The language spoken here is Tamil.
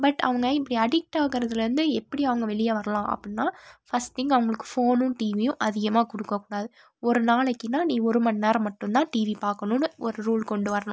பட் அவங்க இப்படி அடிக்ட் ஆகுறதுலேர்ந்து எப்படி அவங்க வெளியே வரலாம் அப்புடின்னா ஃபஸ்ட் திங்க் அவங்களுக்கு ஃபோனும் டிவியும் அதிகமாக கொடுக்கக்கூடாது ஒரு நாளைக்குனா நீ ஒரு மணி நேரம் மட்டும் தான் டிவி பாக்கணும்னு ஒரு ரூல் கொண்டு வரணும்